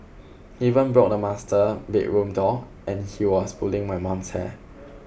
he even broke the master bedroom door and he was pulling my mum's hair